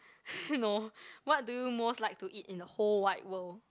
no what do you most like to eat in the whole wide world